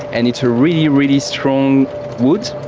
and it's a really, really strong wood,